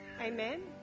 Amen